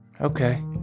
Okay